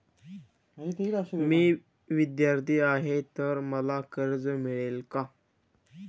मी विद्यार्थी आहे तर मला कर्ज मिळेल का?